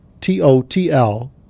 t-o-t-l